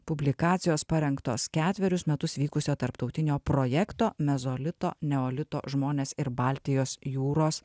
publikacijos parengtos ketverius metus vykusio tarptautinio projekto mezolito neolito žmonės ir baltijos jūros